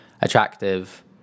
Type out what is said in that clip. Attractive